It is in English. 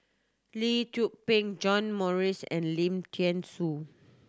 Lee Tzu Pheng John Morrice and Lim Thean Soo